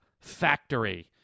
Factory